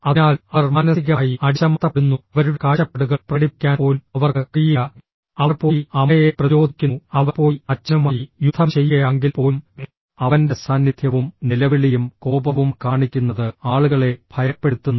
അതിനാൽ അവർ മാനസികമായി അടിച്ചമർത്തപ്പെടുന്നു അവരുടെ കാഴ്ചപ്പാടുകൾ പ്രകടിപ്പിക്കാൻ പോലും അവർക്ക് കഴിയില്ല അവർ പോയി അമ്മയെ പ്രതിരോധിക്കുന്നു അവർ പോയി അച്ഛനുമായി യുദ്ധം ചെയ്യുകയാണെങ്കിൽ പോലും അവന്റെ സാന്നിധ്യവും നിലവിളിയും കോപവും കാണിക്കുന്നത് ആളുകളെ ഭയപ്പെടുത്തുന്നു